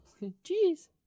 jeez